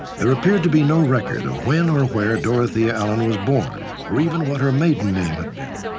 there appeared to be no record of when or where dorothea allen was born, or even what her maiden name had been.